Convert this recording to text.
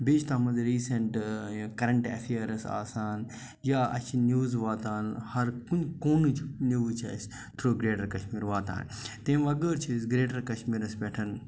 بیٚیہِ چھِ تَتھ منٛز ریٖسٮ۪نٛٹ کَرَنٹ اٮ۪فیٲرٕس آسان یا اَسہِ چھِ نِوٕز واتان ہَر کُنہِ قوٗنٕچ نِوٕز چھِ اَسہِ تھرٛوٗ گریٚٹَر کَشمیٖر واتان تمہِ وَغٲر چھِ أسۍ گریٚٹَر کَشمیٖرَس پٮ۪ٹھ